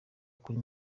kuri